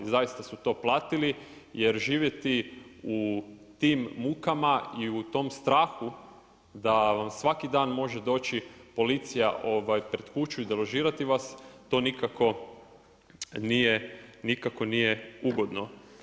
Zaista su to platili jer živjeti u tim mukama i u tom strahu da vam svaki dan može doći policija pred kuću i deložirati vas to nikako nije ugodno.